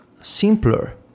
simpler